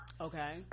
okay